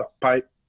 pipe